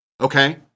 Okay